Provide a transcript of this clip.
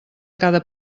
cada